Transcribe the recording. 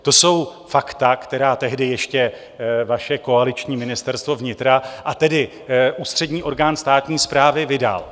To jsou fakta, která tehdy ještě vaše koaliční Ministerstvo vnitra, a tedy ústřední orgán státní správy, vydalo.